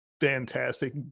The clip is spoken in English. Fantastic